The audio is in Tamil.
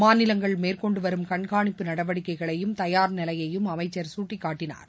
மாநிலங்கள் மேற்கொண்டுவரும் கண்காணிப்பு நடவடிக்கைகளையும் தயார்நிலையையும் அளமச்சர் சுட்டிக்காட்டினார்